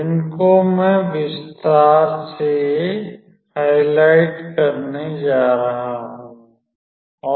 जिनको मैं विस्तार से हाइलाइट करने जा रहा हूं